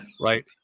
Right